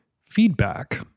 feedback